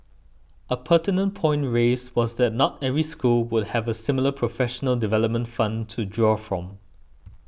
a pertinent point raised was that not every school would have a similar professional development fund to draw from